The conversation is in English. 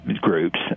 Groups